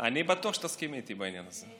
אני בטוח שתסכימי איתי בעניין הזה.